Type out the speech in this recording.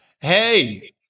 hey